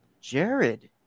Jared